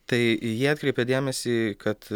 tai jie atkreipė dėmesį kad